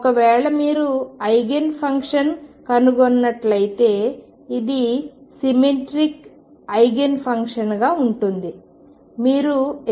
ఒకవేళ మీరు eigen function కనుగొన్నట్లయితే ఇది సిమెట్రిక్ సుష్ట ఐగెన్ ఫంక్షన్గా ఉంటుంది